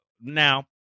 now